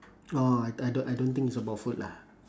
orh I do~ I don't think it's about food lah